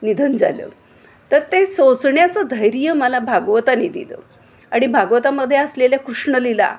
निधन झालं तर ते सोसण्याचं धैर्य मला भागवताने दिलं आणि भागवतामध्ये असलेल्या कृष्ण लीला